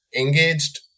engaged